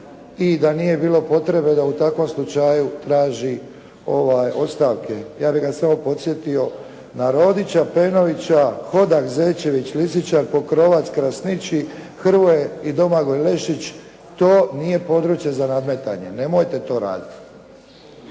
i da nije bilo potrebe da u takvom slučaju traži ostavke. Ja bih ga samo podsjetio na Rodića, Pejnovića, Hodak, Zečević, Lisičar, Pokrovac, Krasniči, Hrvoje i Domagoj Lešić. To nije područje za nadmetanje. Nemojte to raditi.